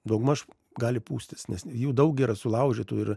daugmaž gali pūstis nes jų daug yra sulaužytų ir